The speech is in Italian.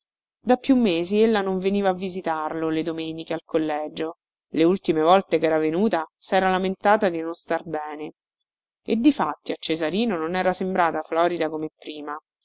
da più mesi ella non veniva a visitarlo le domeniche al collegio le ultime volte chera venuta sera lamentata di non star bene e difatti a cesarino non era sembrata florida come prima